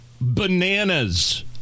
bananas